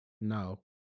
No